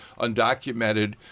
undocumented